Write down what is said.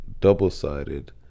double-sided